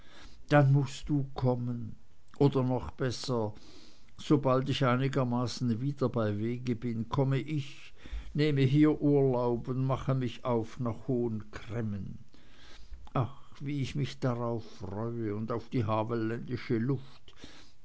dann mußt du kommen oder noch besser sobald ich einigermaßen wieder bei wege bin komme ich nehme hier urlaub und mache mich auf nach hohen cremmen ach wie ich mich darauf freue und auf die havelländische luft